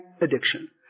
addiction